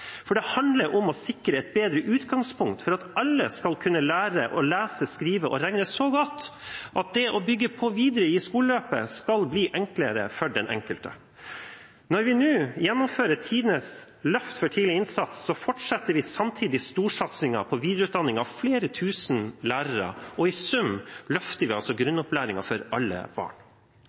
For det handler om å sikre et bedre utgangspunkt for at alle skal kunne lære å lese, skrive og regne så godt at det å bygge på videre i skoleløpet skal bli enklere for den enkelte. Når vi nå gjennomfører tidenes løft for tidlig innsats, fortsetter vi samtidig storsatsingen på videreutdanning av flere tusen lærere, og i sum løfter vi altså grunnopplæringen for alle barn.